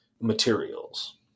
materials